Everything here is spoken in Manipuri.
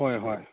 ꯍꯣꯏ ꯍꯣꯏ